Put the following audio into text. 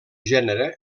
gènere